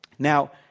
now,